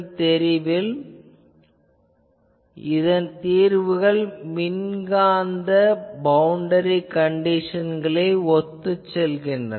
இந்த தெரிவில் இதன் தீர்வுகள் மின்காந்த பவுண்டரி கண்டிஷன்களை ஒத்துச் செல்கின்றன